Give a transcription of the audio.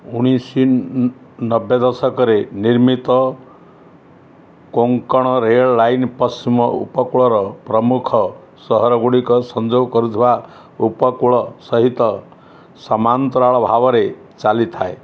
ଉଣେଇଶି ନବେ ଦଶକରେ ନିର୍ମିତ କୋଙ୍କଣ ରେଲ୍ ଲାଇନ୍ ପଶ୍ଚିମ ଉପକୂଳର ପ୍ରମୁଖ ସହରଗୁଡ଼ିକ ସଂଯୋଗ କରୁଥିବା ଉପକୂଳ ସହିତ ସାମାନ୍ତରାଳ ଭାବରେ ଚାଲିଥାଏ